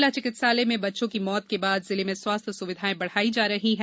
जिला चिक्तिसालय में बच्चों की मौत के बाद जिले में स्वास्थ्य सुविधाएं बढ़ाई जा रही है